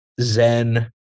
Zen